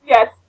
Yes